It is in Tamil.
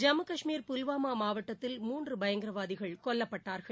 ஜம்மு காஷ்மீர் புல்வாமா மாவட்டத்தில் மூன்று பயங்கரவாதிகள் மோதவில் கொல்லப்பட்டார்கள்